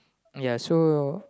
ya so